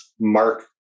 mark